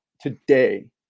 today